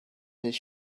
his